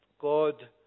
God